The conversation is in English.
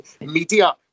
media